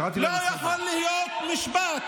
קראתי אותה לסדר.